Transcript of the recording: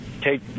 take